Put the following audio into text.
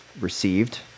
received